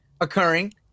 occurring